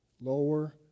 lower